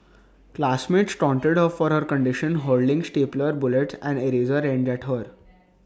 classmates taunted her for her condition hurling stapler bullets and eraser ends at her